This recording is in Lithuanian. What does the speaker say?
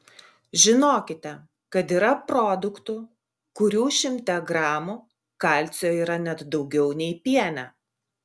žinokite kad yra produktų kurių šimte gramų kalcio yra net daugiau nei piene